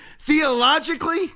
theologically